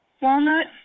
Walnut